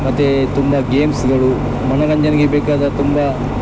ಮತ್ತು ತುಂಬ ಗೇಮ್ಸ್ಗಳು ಮನೋರಂಜನೆಗೆ ಬೇಕಾದ ತುಂಬ